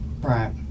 Right